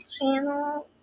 channel